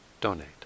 donate